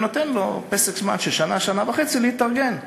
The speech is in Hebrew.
וזה נותן לו פסק זמן של שנה, שנה וחצי להתארגן.